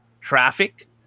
traffic